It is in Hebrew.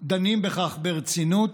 דנים בכך ברצינות,